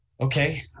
Okay